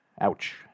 Ouch